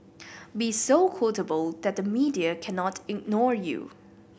be so quotable that the media cannot ignore you